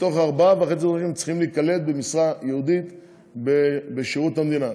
ובתוך ארבעה וחצי חודשים צריכים להיקלט במשרה ייעודית בשירות המדינה.